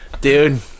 Dude